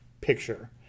picture